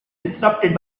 disrupted